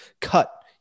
cut